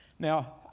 Now